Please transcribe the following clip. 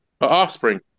Offspring